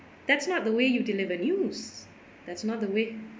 that's not the way you deliver news that's not the way